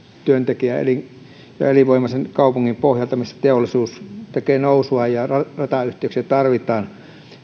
työntekijän ja elinvoimaisen kaupungin pohjalta missä teollisuus tekee nousua ja ratayhteyksiä tarvitaan